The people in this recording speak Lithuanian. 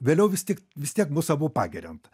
vėliau vis tik vis tiek mus abu pagiriant